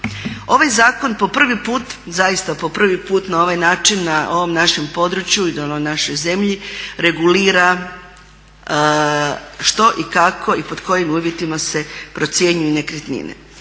Ovaj zakon po prvi put, zaista po prvi put na ovaj način, na ovom našem području i na ovoj našoj zemlji regulira što i kako i pod kojim uvjetima se procjenjuju nekretnine.